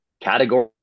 category